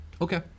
Okay